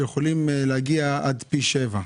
שיכולים להגיע עד פי שבעה.